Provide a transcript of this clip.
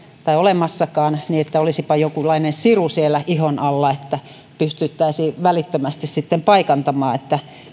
tai olemassakaan jonkunlainen siru siellä ihon alla että pystyttäisiin välittömästi paikantamaan